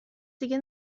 دیگه